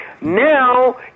Now